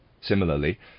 Similarly